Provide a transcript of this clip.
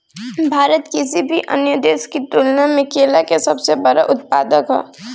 भारत किसी भी अन्य देश की तुलना में केला के सबसे बड़ा उत्पादक ह